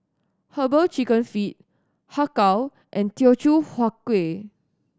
Herbal Chicken Feet Har Kow and Teochew Huat Kueh